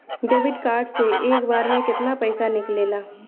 Debit card से एक बार मे केतना पैसा निकले ला?